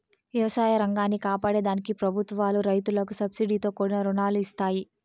వ్యవసాయ రంగాన్ని కాపాడే దానికి ప్రభుత్వాలు రైతులకు సబ్సీడితో కూడిన రుణాలను ఇస్తాయి